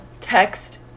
Text